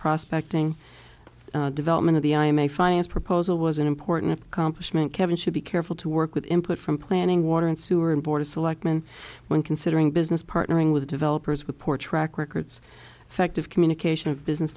prospecting development of the i am a finance proposal was an important complement kevin should be careful to work with input from planning water and sewer and board of selectmen when considering business partnering with developers with poor track records effective communication of business